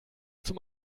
zum